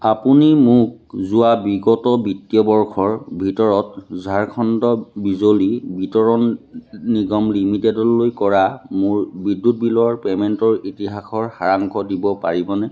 আপুনি মোক যোৱা বিগত বিত্তীয় বৰ্ষৰ ভিতৰত ঝাৰখণ্ড বিজলী বিতৰণ নিগম লিমিটেডলৈ কৰা মোৰ বিদ্যুৎ বিলৰ পে'মেণ্টৰ ইতিহাসৰ সাৰাংশ দিব পাৰিবনে